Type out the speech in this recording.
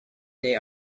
they